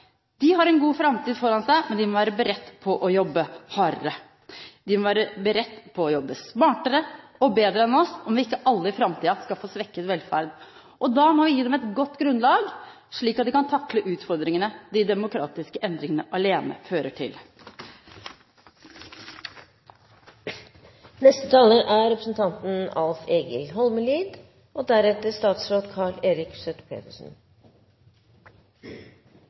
De har en god framtid foran seg, men de må være beredt på å jobbe hardere. De må være beredt på å jobbe smartere og bedre enn oss, om vi ikke alle i framtiden skal få svekket velferd. Da må vi gi dem et godt grunnlag, slik at de kan takle utfordringene de demokratiske endringene alene fører til. Vi står overfor to store internasjonale kriser. Den eine er